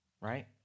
right